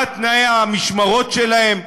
מה תנאי המשמרות שלהם,